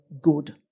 good